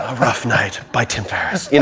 ah rough night by tim ferriss.